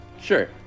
Sure